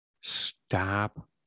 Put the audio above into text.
stop